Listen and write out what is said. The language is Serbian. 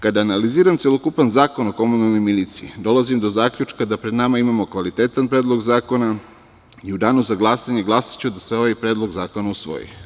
Kada analiziram celokupan Zakon o komunalnoj miliciji, dolazim do zaključka da pred nama imamo kvalitetan Predlog zakona i u danu za glasanje glasaću da se ovaj Predlog zakona usvoji.